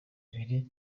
ibiri